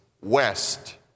west